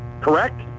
correct